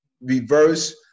reverse